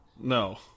No